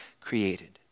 created